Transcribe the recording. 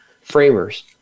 framers